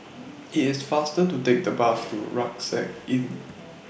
IT IS faster to Take The Bus to Rucksack Inn